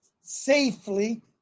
safely